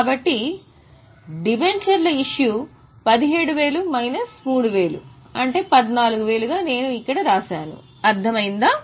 కాబట్టి డిబెంచర్ల issue 17000 minus 3000 14000 గా నేను ఇక్కడ వ్రాశాను అర్థమైందా